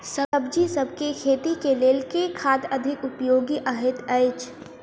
सब्जीसभ केँ खेती केँ लेल केँ खाद अधिक उपयोगी हएत अछि?